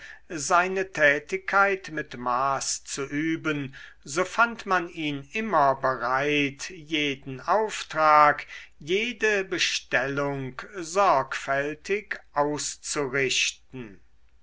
seine tätigkeit mit maß zu üben so fand man ihn immer bereit jeden auftrag jede bestellung sorgfältig auszurichten